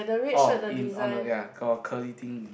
oh in on a ya got curly thing